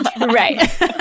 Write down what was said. Right